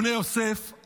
בני יוסף,